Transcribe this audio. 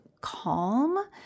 Calm